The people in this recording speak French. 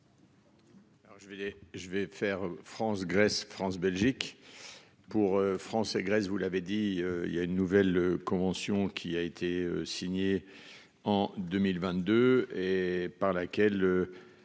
je vais faire. France-, Grèce, France, Belgique. Pour France et Grèce, vous l'avez dit il y a une nouvelle convention qui a été signé en 2022 et par laquelle.